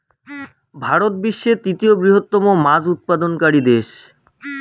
ভারত বিশ্বের তৃতীয় বৃহত্তম মাছ উৎপাদনকারী দেশ